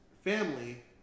family